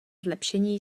zlepšení